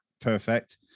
perfect